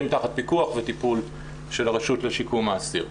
תחת פיקוח וטפול של הרשות לשיקום האסיר.